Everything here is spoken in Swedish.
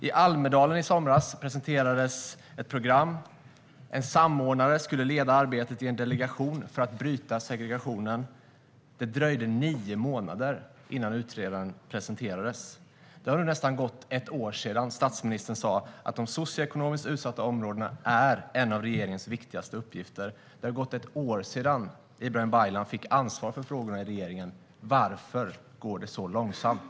I Almedalen i somras presenterades ett program. En samordnare skulle leda arbetet i en delegation för att bryta segregationen. Det dröjde nio månader innan utredaren presenterades. Det har nu gått nästan ett år sedan statsministern sa att de socioekonomiskt utsatta områdena är en av regeringens viktigaste uppgifter. Det har gått ett år sedan Ibrahim Baylan fick ansvar för frågorna i regeringen. Varför går det så långsamt?